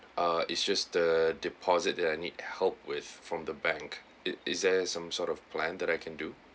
ah it's just the deposit that I need help with from the bank it is there some sort of plan that I can do